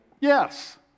yes